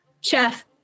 Chef